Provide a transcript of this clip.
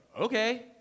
Okay